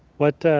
what,